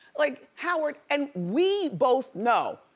like howard, and we both know,